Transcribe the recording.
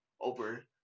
over